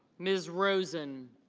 ms. rosen